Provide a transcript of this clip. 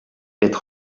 être